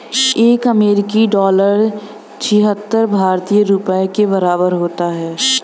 एक अमेरिकी डॉलर छिहत्तर भारतीय रुपये के बराबर होता है